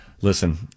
listen